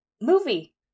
movie